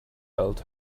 belt